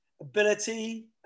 ability